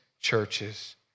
churches